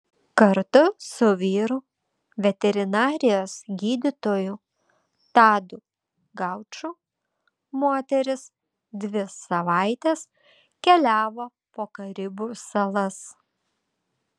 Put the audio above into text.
kartu su vyru veterinarijos gydytoju tadu gauču moteris dvi savaites keliavo po karibų salas